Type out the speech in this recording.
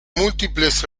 múltiples